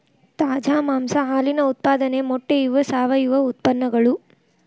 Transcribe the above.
ತಾಜಾ ಮಾಂಸಾ ಹಾಲಿನ ಉತ್ಪಾದನೆ ಮೊಟ್ಟೆ ಇವ ಸಾವಯುವ ಉತ್ಪನ್ನಗಳು